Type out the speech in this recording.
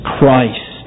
Christ